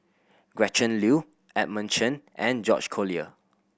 Gretchen Liu Edmund Chen and George Collyer